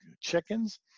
chickens